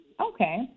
Okay